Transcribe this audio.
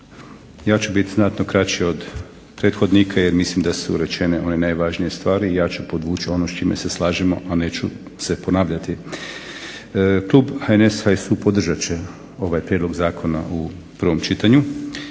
Ja ću biti znatno kraći od prethodnika jer mislim da su rečene važne stvari i ja ću podvući ono s čime se slažemo i neću se ponavljati. Klub HNS HSU podržat će ovaj Prijedlog zakona u prvom čitanju